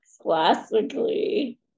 classically